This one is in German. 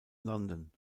london